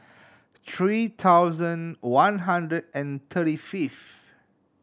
three thousand one hundred and thirty fifth